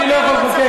אני לא יכול לבקש,